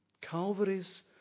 Calvary's